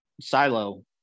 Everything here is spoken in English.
silo